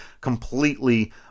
completely